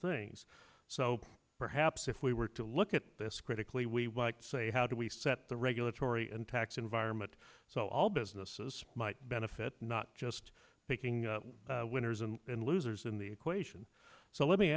things so perhaps if we were to look at this critically we say how do we set the regulatory and tax environment so all businesses might benefit not just picking winners and losers in the equation so let me